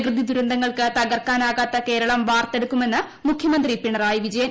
പ്രകൃതിദുരന്തങ്ങൾക്ക് തകർക്കാനാവാത്ത കേരളം വാർത്തെടുക്കുമെന്ന് മുഖ്യമന്ത്രി പിണറായി വിജയൻ